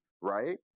right